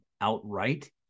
outright